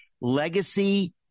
Legacy